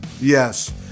Yes